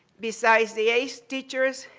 besides the ace teachers,